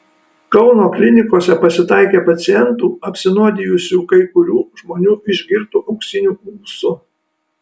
kauno klinikose pasitaikė pacientų apsinuodijusių kai kurių žmonių išgirtu auksiniu ūsu